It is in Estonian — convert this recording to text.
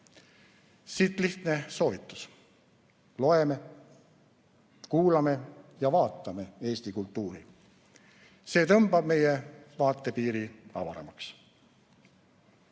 Siit lihtne soovitus: loeme, kuulame ja vaatame eesti kultuuri. See tõmbab meie vaatepiiri avaramaks.